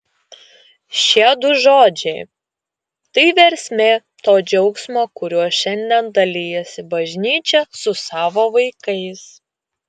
šie du žodžiai tai versmė to džiaugsmo kuriuo šiandien dalijasi bažnyčia su savo vaikais